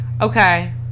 okay